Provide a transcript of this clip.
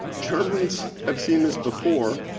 germans have seen this before,